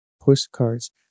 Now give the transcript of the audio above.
postcards